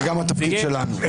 זה גם התפקיד שלנו.